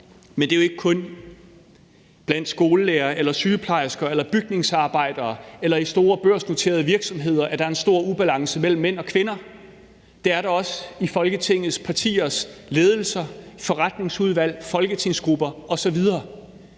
Men det er jo ikke kun blandt skolelærere, sygeplejersker eller bygningsarbejdere eller i store børsnoterede virksomheder, at der er en stor ubalance mellem mænd og kvinder. Det er der også i Folketingets partiers ledelser, forretningsudvalg, folketingsgrupper osv.